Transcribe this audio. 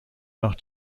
nach